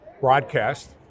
broadcast